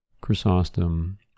Chrysostom